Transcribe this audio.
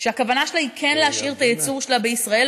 שהכוונה שלה היא כן להשאיר את הייצור שלה בישראל,